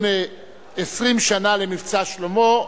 20 שנה ל"מבצע שלמה".